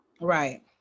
Right